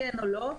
כן או לא,